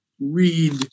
read